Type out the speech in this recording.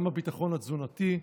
גם הביטחון התזונתי,